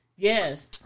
Yes